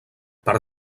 per